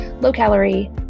low-calorie